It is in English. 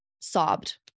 sobbed